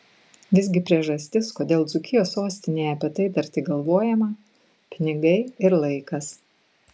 visgi priežastis kodėl dzūkijos sostinėje apie tai dar tik galvojama pinigai ir laikas